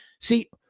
see